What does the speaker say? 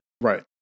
Right